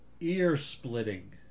ear-splitting